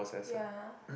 ya